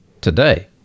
today